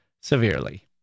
severely